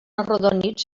arrodonits